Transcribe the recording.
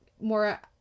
more